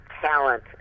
talent